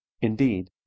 Indeed